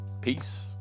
peace